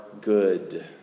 good